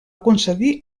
concedir